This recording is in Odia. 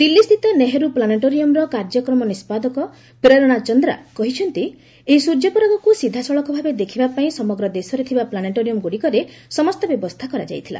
ଦିଲ୍ଲୀସ୍ଥିତ ନେହେରୁ ପ୍ଲାନେଟୋରିୟମର କାର୍ଯ୍ୟକ୍ରମ ନିଷ୍ପାଦକ ପ୍ରେରଣାଚନ୍ଦ୍ରା କହିଛନ୍ତି ଏହି ସୂର୍ଯ୍ୟପରାଗକୁ ସିଧାସଳଖ ଭାବେ ଦେଖିବା ପାଇଁ ସମଗ୍ର ଦେଶରେ ଥିବା ପ୍ଲାନେଟୋରିୟମଗୁଡ଼ିକରେ ସମସ୍ତ ବ୍ୟବସ୍ଥା କରାଯାଇଛି